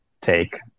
take